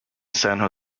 san